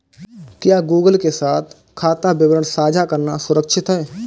क्या गूगल के साथ खाता विवरण साझा करना सुरक्षित है?